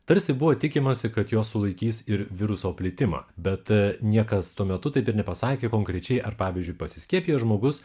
tarsi buvo tikimasi kad juos sulaikys ir viruso plitimą bet niekas tuo metu taip ir nepasakė konkrečiai ar pavyzdžiui pasiskiepijęs žmogus